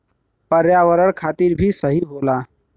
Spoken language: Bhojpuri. पर्यावरण खातिर भी सही होला